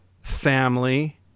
family